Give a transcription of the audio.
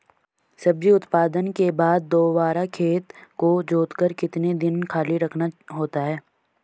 सब्जी उत्पादन के बाद दोबारा खेत को जोतकर कितने दिन खाली रखना होता है?